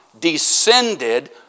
descended